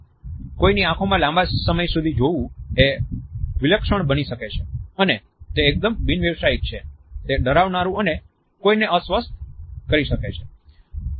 કોઈની આંખોમાં લાંબા સમય સુધી જોવું એ વિલક્ષણ બની શકે છે અને તે એકદમ બિન વ્યવસાયિક છે તે ડરાવનારું અને કોઈને અસ્વસ્થ કરી શકે છે